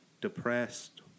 depressed